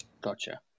Gotcha